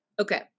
Okay